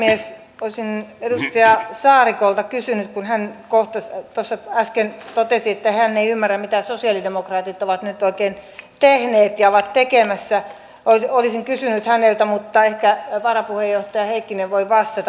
olisin edustaja saarikolta kysynyt kun hän tuossa äsken totesi että hän ei ymmärrä mitä sosialidemokraatit ovat nyt oikein tehneet ja ovat tekemässä mutta ehkä varapuheenjohtaja heikkinen voi vastata